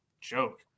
joke